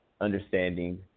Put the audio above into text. understanding